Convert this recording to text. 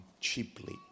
cheaply